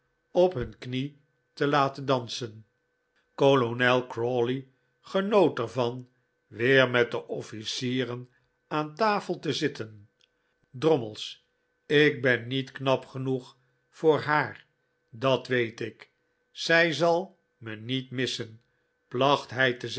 op hun knie te laten dansen kolonel crawley genoot er van weer met de officieren aan tafel te zitten drommels ik ben niet knap genoeg voor haar dat weet ik zij zal me niet missen placht hij te